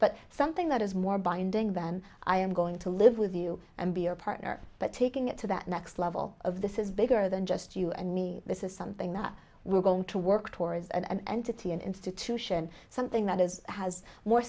but something that is more binding than i am going to live with you and be your partner but taking it to that next level of this is bigger than just you and me this is something that we're going to work towards an entity an institution something that is has more